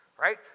right